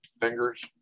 fingers